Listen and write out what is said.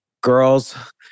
girls